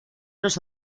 las